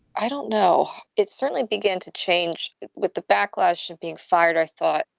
i don't know. it certainly began to change with the backlash of being fired. i thought,